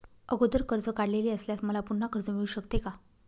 अगोदर कर्ज काढलेले असल्यास मला पुन्हा कर्ज मिळू शकते का?